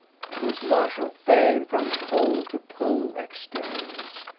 whose martial fame from pole to pole extends.